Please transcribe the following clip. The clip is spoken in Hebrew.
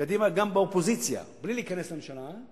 קדימה, גם באופוזיציה, בלי להיכנס לממשלה,